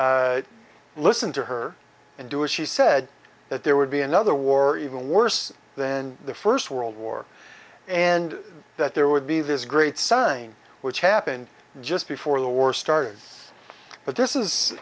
didn't listen to her and do it she said that there would be another war even worse than the first world war and that there would be this great sign which happened just before the war started but this is